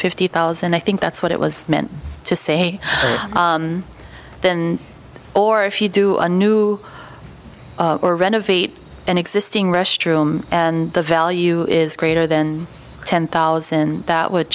fifty thousand i think that's what it was meant to say then or if you do a new or renovate an existing restroom and the value is greater than ten thousand that would